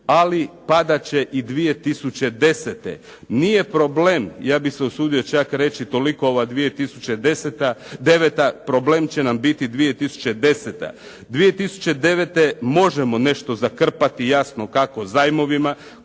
ali padat će i 2010. Nije problem, ja bih se usudio čak reći toliko ova 2009., problem će nam biti 2010. 2009. možemo nešto zakrpati jasno kako zajmovima